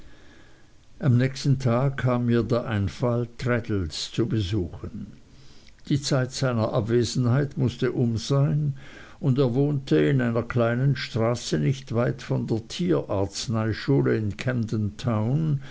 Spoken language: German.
am nächsten tag kam mir der einfall traddles zu besuchen die zeit seiner abwesenheit mußte um sein und er wohnte in einer kleinen straße nicht weit von der tierarzneischule in